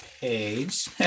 page